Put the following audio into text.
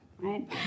right